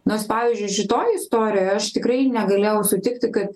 nors pavyzdžiui šitoj istorijoj aš tikrai negalėjau sutikti kad